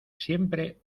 siempre